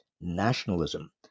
nationalism